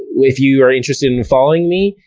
if you are interested in following me,